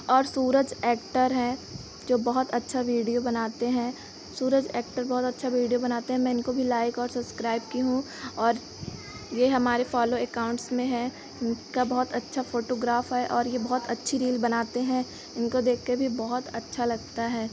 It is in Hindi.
और सूरज एक्टर हैं जो बहुत अच्छा वीडियो बनाते हैं सूरज एक्टर बहुत अच्छा वीडियो बनाते हैं मैं इनको भी लाइक और सब्सक्राइब की हूँ और यह हमारे फॉलो एकाउन्ट्स में हैं इनकी बहुत अच्छी फ़ोटोग्राफ है और यह बहुत अच्छी रील बनाते हैं इनको देखकर भी बहुत अच्छा लगता है